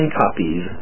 copies